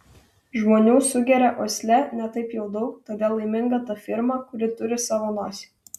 žmonių sugeria uosle ne taip jau daug todėl laiminga ta firma kuri turi savo nosį